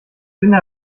finde